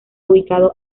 ubicado